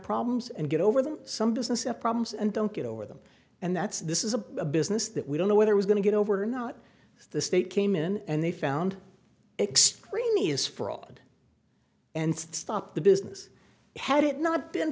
problems and get over them some business have problems and don't get over them and that's this is a business that we don't know whether i was going to get over or not the state came in and they found extraneous fraud and stopped the business had it not been